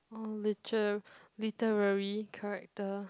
oh lite~ literally character